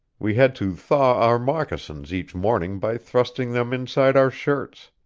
we had to thaw our moccasins each morning by thrusting them inside our shirts.